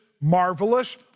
marvelous